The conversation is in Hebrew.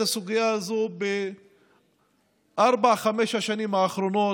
הסוגיה הזאת בארבע-חמש השנים האחרונות,